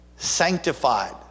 sanctified